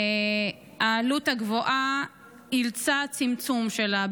העלות הגבוהה אילצה צמצום שלה.